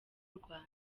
rwanda